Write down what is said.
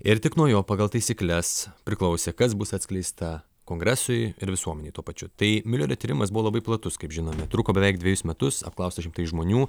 ir tik nuo jo pagal taisykles priklausė kas bus atskleista kongresui ir visuomenei tuo pačiu tai miulerio tyrimas buvo labai platus kaip žinome truko beveik dvejus metus apklausta šimtai žmonių